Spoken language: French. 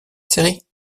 série